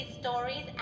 stories